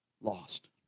lost